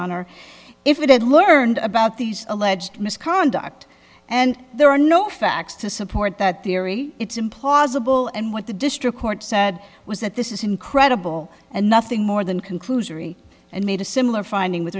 honor if it had learned about these alleged misconduct and there are no facts to support that theory it's implausible and what the district court said was that this is incredible and nothing more than conclusionary and made a similar finding with